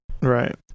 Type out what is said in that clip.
Right